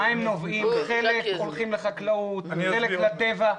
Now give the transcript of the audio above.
חלק הולכים לחקלאות וחלק לטבע.